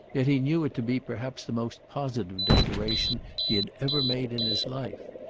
yet he knew it to be perhaps the most positive declaration he had ever made in his life,